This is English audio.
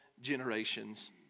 generations